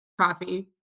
Coffee